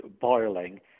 boiling